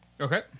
Okay